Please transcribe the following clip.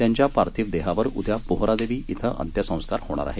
त्यांच्या पार्थीव देहावर उद्या पोहरादेवी इथं अंत्यसंस्कार होणार आहेत